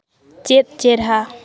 ᱪᱮᱫ ᱪᱮᱨᱦᱟ